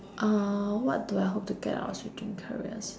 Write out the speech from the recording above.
uh what do I hope to get out of switching careers